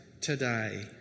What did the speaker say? today